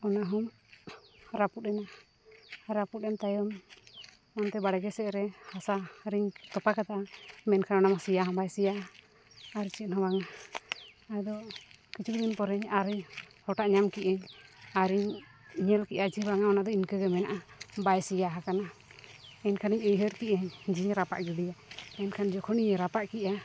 ᱚᱱᱟᱦᱚᱸ ᱨᱟᱹᱯᱩᱫ ᱮᱱᱟ ᱨᱟᱹᱯᱩᱫ ᱮᱱ ᱛᱟᱭᱚᱢ ᱚᱱᱛᱮ ᱵᱟᱲᱜᱮ ᱥᱮᱫᱨᱮ ᱦᱟᱥᱟᱨᱮᱧ ᱛᱚᱯᱟ ᱠᱟᱫᱟ ᱢᱮᱱᱠᱷᱟᱱ ᱚᱱᱟᱫᱚ ᱥᱮᱟ ᱦᱚᱸ ᱵᱟᱭ ᱥᱮᱭᱟᱜᱼᱟ ᱟᱨ ᱪᱮᱫᱦᱚᱸ ᱵᱟᱝ ᱟᱫᱚ ᱠᱤᱪᱷᱩ ᱫᱤᱱ ᱯᱚᱨᱮᱧ ᱟᱨᱦᱚᱧ ᱦᱚᱴᱟᱜ ᱧᱟᱢ ᱠᱮᱫᱟᱹᱧ ᱟᱨᱤᱧ ᱧᱮᱞ ᱠᱮᱫᱟ ᱡᱮ ᱵᱟᱝᱼᱟ ᱚᱱᱟᱫᱚ ᱤᱱᱠᱟᱹᱜᱮ ᱢᱮᱱᱟᱜᱼᱟ ᱵᱟᱭ ᱥᱮᱭᱟ ᱟᱠᱟᱱᱟ ᱮᱱᱠᱷᱟᱱᱤᱧ ᱩᱭᱦᱟᱹᱨ ᱠᱮᱫᱟᱹᱧ ᱡᱮᱧ ᱨᱟᱯᱟᱜ ᱜᱤᱰᱤᱭᱟ ᱢᱮᱱᱠᱷᱟᱱ ᱡᱚᱠᱷᱚᱱᱤᱧ ᱨᱟᱯᱟᱜ ᱠᱮᱫᱟ